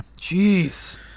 Jeez